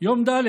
יום ד',